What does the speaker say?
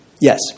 Yes